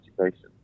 education